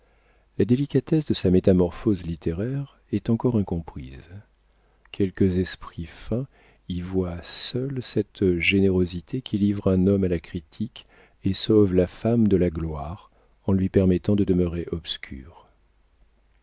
la délicatesse de sa métamorphose littéraire est encore incomprise quelques esprits fins y voient seuls cette générosité qui livre un homme à la critique et sauve la femme de la gloire en lui permettant de demeurer obscure